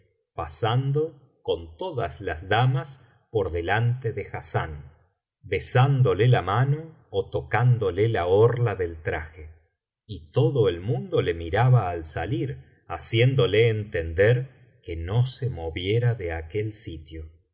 pasando con todas las damas por delante de hassán besándole la mano ó tocándole la orla del traje y todo el mundo le miraba al salir haciéndole entender que no se moviera de aquel sitio